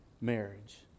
marriage